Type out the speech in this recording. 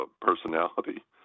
personality